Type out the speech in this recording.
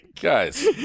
Guys